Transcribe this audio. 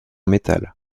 métal